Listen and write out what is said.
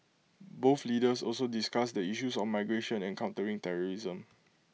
both leaders also discussed the issues of migration and countering terrorism